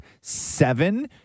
seven